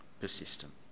persistent